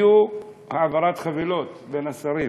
הייתה העברת חבילות בין השרים: